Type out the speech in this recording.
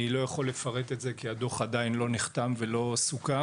אני לא יכול לפרט את זה כי הדוח עדיין לא נחתם ולא סוכם,